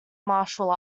martial